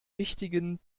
wichtigen